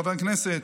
חבר כנסת,